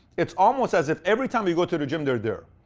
it's almost as if every time you go to the gym, they're there.